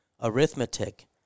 arithmetic